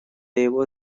его